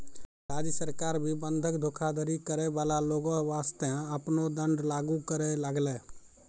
राज्य सरकार भी बंधक धोखाधड़ी करै बाला लोगो बासतें आपनो दंड लागू करै लागलै